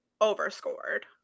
overscored